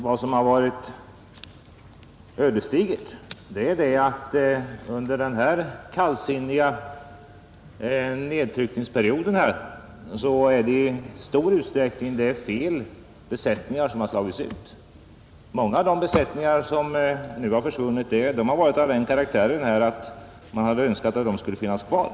Vad som varit ödesdigert är att under perioden av den kallsinniga nedtryckningen av mjölkproduktionen har i stor utsträckning fel besättningar slagits ut. Många av de besättningar som nu försvunnit har varit av den karaktären att de borde ha funnits kvar.